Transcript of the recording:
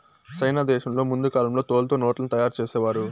సైనా దేశంలో ముందు కాలంలో తోలుతో నోట్లను తయారు చేసేవారు